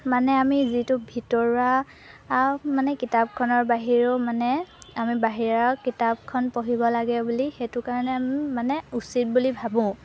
মানে আমি যিটো ভিতৰুৱা মানে কিতাপখনৰ বাহিৰেও মানে আমি বাহিৰা কিতাপখন পঢ়িব লাগে বুলি সেইটো কাৰণে আমি মানে উচিত বুলি ভাবোঁ